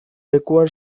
lekuan